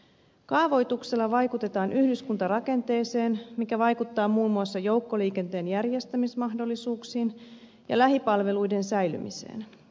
kaavoituksella vaikutetaan yhdyskuntarakenteeseen mikä vaikuttaa muun muassa joukkoliikenteen järjestämismahdollisuuksiin ja lähipalveluiden säilymiseen